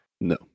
No